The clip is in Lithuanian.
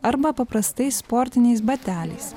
arba paprastais sportiniais bateliais